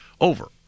over